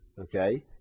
okay